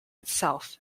itself